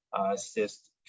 assist